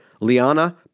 Liana